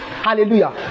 Hallelujah